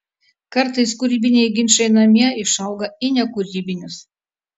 kartais kūrybiniai ginčai namie išauga į nekūrybinius